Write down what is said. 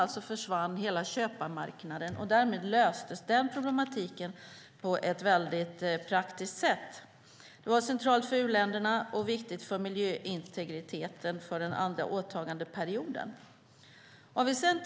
Alltså försvann hela köparmarknaden, och därmed löstes den problematiken på ett väldigt praktiskt sätt. Det var centralt för u-länderna och viktigt för miljöintegriteten för den andra åtagandeperioden.